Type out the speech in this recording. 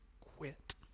quit